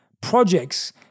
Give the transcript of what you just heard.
projects